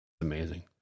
amazing